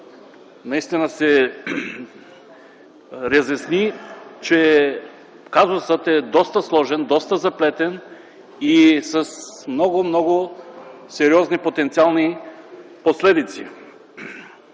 наистина се разясни, че казусът е доста сложен, доста заплетен и с много сериозни потенциални последици.